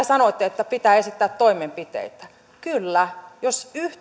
sanoitte että pitää esittää toimenpiteitä niin kyllä kerroin juuri jos